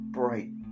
bright